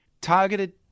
Targeted